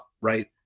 Right